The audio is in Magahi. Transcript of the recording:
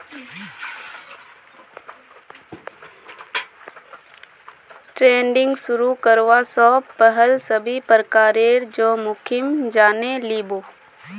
ट्रेडिंग शुरू करवा स पहल सभी प्रकारेर जोखिम जाने लिबो